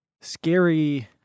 scary